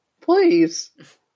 Please